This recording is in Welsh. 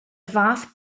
fath